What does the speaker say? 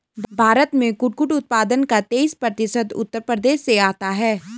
भारत में कुटकुट उत्पादन का तेईस प्रतिशत उत्तर प्रदेश से आता है